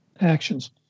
actions